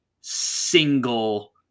single